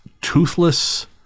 toothless